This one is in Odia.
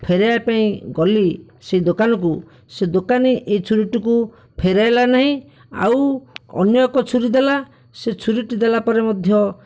ଫେରାଇବା ପାଇଁ ଗଲି ସେ ଦୋକାନକୁ ସେ ଦୋକାନୀ ଏ ଛୁରୀଟିକୁ ଫେରାଇଲା ନାହିଁ ଆଉ ଅନ୍ୟ ଏକ ଛୁରୀ ଦେଲା ସେ ଛୁରୀଟି ଦେଲା ପରେ ମଧ୍ୟ